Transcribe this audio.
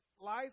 Life